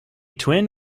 twin